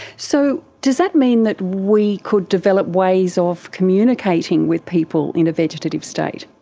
so does that mean that we could develop ways of communicating with people in a vegetative state?